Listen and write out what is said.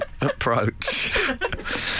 approach